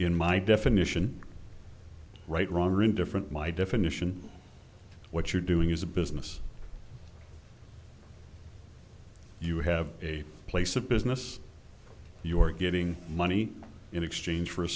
in my definition right wrong or indifferent my definition what you're doing is a business you have a place of business you're getting money in exchange for a